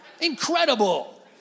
Incredible